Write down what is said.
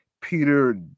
Peter